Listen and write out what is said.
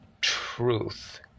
truth